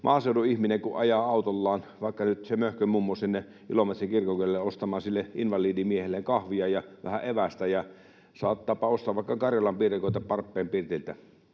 maaseudun ihminen ajaa autollaan — vaikka nyt se Möhkön-mummo Ilomantsin kirkonkylälle ostamaan invalidimiehelleen kahvia ja vähän evästä, ja saattaapa ostaa vaikka karjalanpiirakoita Parppeinpirtiltä,